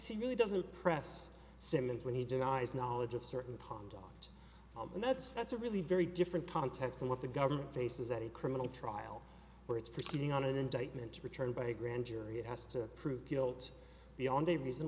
me doesn't press simmonds when he denies knowledge of certain pond and that's that's a really very different context than what the government faces at a criminal trial where it's proceeding on an indictment returned by a grand jury it has to prove guilt beyond a reason